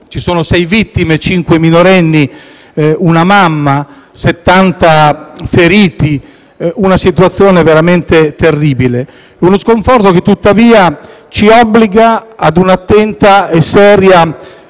Ci sono sei vittime, cinque minorenni, una mamma, settanta feriti, una situazione veramente terribile. Uno sconforto che, tuttavia, ci obbliga a un'attenta e seria